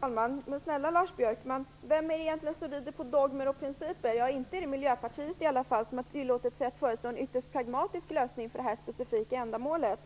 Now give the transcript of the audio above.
Herr talman! Men snälla Lars Björkman, vem är det egentligen som rider på dogmer och principer? Inte är det Miljöpartiet i alla fall. Vi har tillåtit oss att föreslå en ytterst pragmatisk lösning för det här specifika ändamålet.